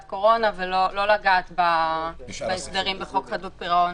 קורונה ולא לגעת בהסדרים בחוק חדלות פירעון.